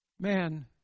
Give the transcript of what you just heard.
man